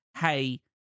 Hey